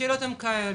השאלות הן כאלה,